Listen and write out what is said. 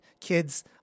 kids